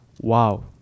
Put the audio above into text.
Wow